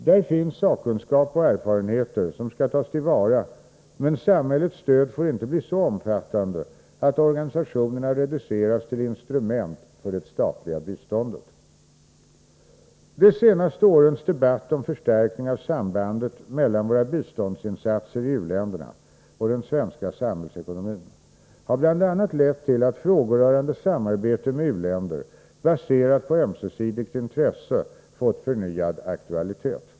Där finns sakkunskap och erfarenheter som skall tas till vara, men samhällets stöd får inte bli så omfattande att organisationerna reduceras till instrument för det statliga biståndet. De senaste årens debatt om förstärkning av sambandet mellan våra biståndsinsatser i u-länderna och den svenska samhällsekonomin har bl.a. lett till att frågor rörande samarbete med u-länder baserat på ömsesidigt intresse fått förnyad aktualitet.